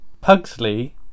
Pugsley